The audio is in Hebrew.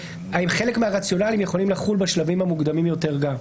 האם לשיטתכם חלק מהרציונלים יכולים לחול גם בשלבים המוקדמים יותר.